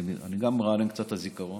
אני גם מרענן קצת את הזיכרון.